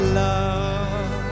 love